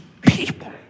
people